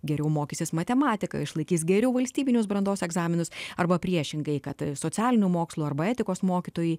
geriau mokysis matematiką išlaikys geriau valstybinius brandos egzaminus arba priešingai kad socialinių mokslų arba etikos mokytojai